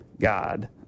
God